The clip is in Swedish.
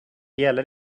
gäller